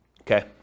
Okay